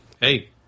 Hey